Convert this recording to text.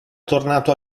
tornato